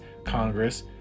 Congress